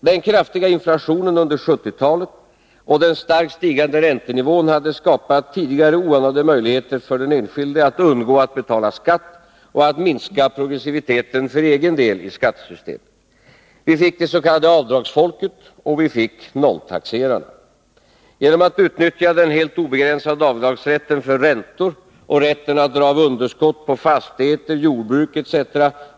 Den kraftiga inflationen under 1970-talet och den starkt stigande räntenivån hade skapat tidigare oanade möjligheter för den enskilde att undgå att betala skatt och att minska progressiviteten för egen del i skattesystemet. Vi fick det s.k. avdragsfolket, och vi fick nolltaxerarna. Genom att utnyttja den helt obegränsade avdragsrätten för räntor och rätten att dra av underskott på fastigheter, jordbruk, etc.